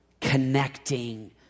connecting